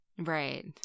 Right